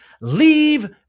leave